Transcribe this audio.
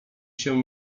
się